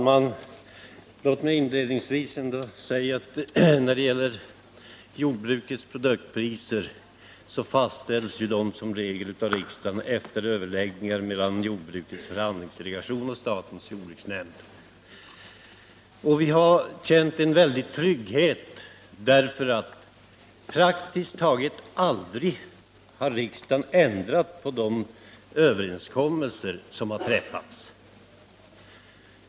Herr talman! Jordbrukets produktpriser fastställs som regel av riksdagen efter överläggningar mellan jordbrukets förhandlingsdelegation och statens jordbruksnämnd. Vi har känt en väldig trygghet därför att riksdagen praktiskt taget aldrig har ändrat på de överenskommelser som där har träffats.